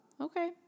okay